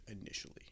initially